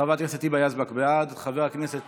חברת הכנסת